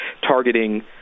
targeting